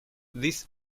this